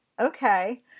Okay